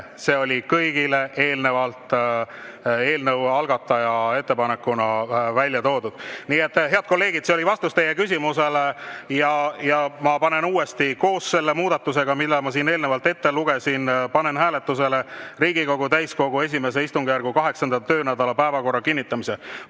see oli kõigile eelnevalt eelnõu algataja ettepanekuna välja toodud. Nii et, head kolleegid, see oli vastus teie küsimusele. Ma panen uuesti koos selle muudatusega, mille ma siin eelnevalt ette lugesin, hääletusele Riigikogu täiskogu I istungjärgu 8. töönädala päevakorra kinnitamise.